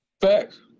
Facts